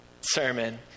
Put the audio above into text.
sermon